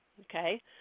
Okay